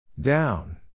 Down